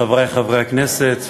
חברי חברי הכנסת,